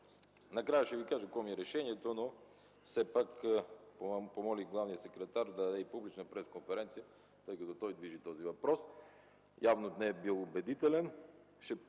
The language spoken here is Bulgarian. Накрая ще Ви кажа какво ми е решението, но все пак помолих главния секретар да даде и публична пресконференция, тъй като той движи този въпрос. Явно не е бил убедителен.